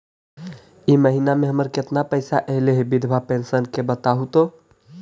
इ महिना मे हमर केतना पैसा ऐले हे बिधबा पेंसन के बताहु तो?